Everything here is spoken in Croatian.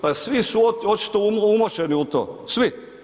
Pa svi su očito umočeni u to, svi.